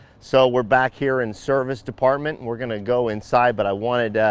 so we're back here in service department, and we're gonna go inside, but i wanted ah,